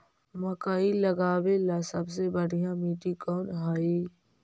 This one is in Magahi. मकई लगावेला सबसे बढ़िया मिट्टी कौन हैइ?